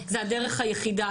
זה הדרך היחידה,